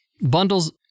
bundles